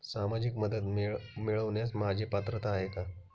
सामाजिक मदत मिळवण्यास माझी पात्रता आहे का?